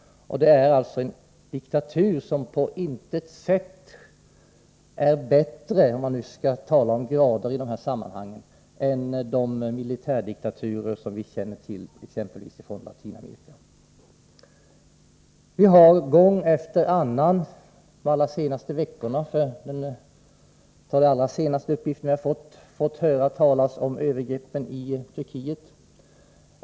Och det är en diktatur som på intet sätt är bättre — om vi nu skall tala om grader i dessa sammanhang — än de militärdiktaturer som vi känner till från exempelvis Latinamerika. Vi har gång efter annan under de allra senaste veckorna — för att nu ta upp de senaste uppgifter som vi fått — fått höra talas om övergreppen i Turkiet.